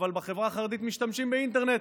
אבל בחברה החרדית משתמשים באינטרנט,